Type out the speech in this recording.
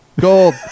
gold